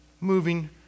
moving